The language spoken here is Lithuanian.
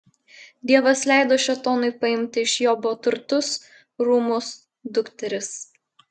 dievas leido šėtonui paimti iš jobo turtus rūmus dukteris